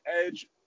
edge